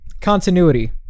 Continuity